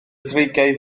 dreigiau